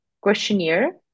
questionnaire